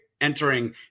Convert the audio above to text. entering